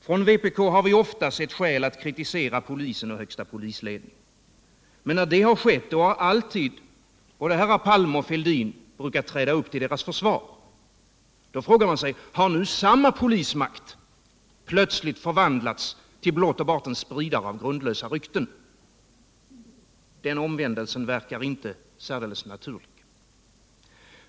Från vpk har vi ofta seu skäl att kritisera polisen och högsta polisledningen. Men när det skett har alltid herrar Palme och Fälldin brukat träda upp till deras försvar. Då frågar man sig: Har samma polismakt nu plötsligt förvandlats till blot och bart en spridare av grundlösa rykten? Den omvändelsen verkar inte särdeles naturlig.